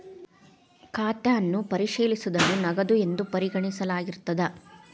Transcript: ಖಾತನ್ನ ಪರಿಶೇಲಿಸೋದನ್ನ ನಗದು ಎಂದು ಪರಿಗಣಿಸಲಾಗಿರ್ತದ